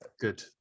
Good